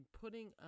putting